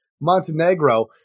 Montenegro